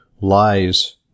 lies